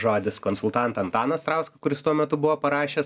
žodis konsultantą antaną strauską kuris tuo metu buvo parašęs